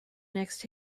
next